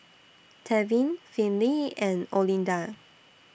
Tevin Finley and Olinda